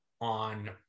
on